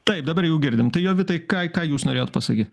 taip dabar jau girdim tai jovitai ką ką jūs norėjot pasakyt